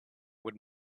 would